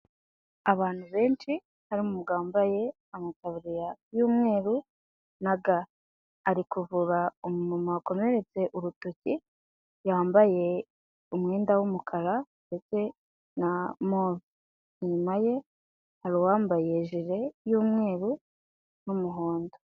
Abantu benshi harimo umugabo wambaye amataburiya y'umweru na ga. Ari kuvura umumama wakomeretse urutoki yambaye umwenda w'umukara ndetse na move. Inyuma ye hari uwambaye jire y'umweru n'umuhondo.